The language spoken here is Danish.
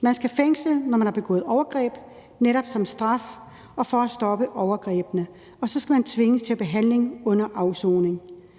Man skal fængsles, når man har blevet begået overgreb, netop som straf og for at stoppe overgrebene, og så skal man tvinges til behandling under afsoningen.